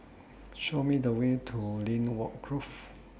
Show Me The Way to Lynwood Grove